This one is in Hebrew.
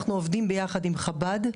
אנחנו עובדים יחד עם שלושת הארגונים האלה, חב"ד,